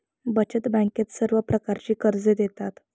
बचत बँकेत सर्व प्रकारची कर्जे देतात